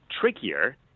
trickier